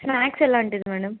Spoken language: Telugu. స్నాక్స్ ఎలాంటిది మ్యాడమ్